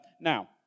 now